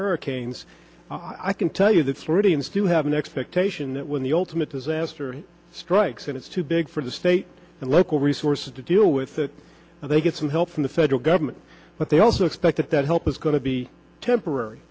hurricanes i can tell you that floridians do have an expectation that when the ultimate disaster strikes and it's too big for the state and local resources to deal with that they get some help from the federal government but i also expect that help is going to be temporary